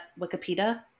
Wikipedia